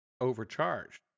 overcharged